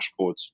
dashboards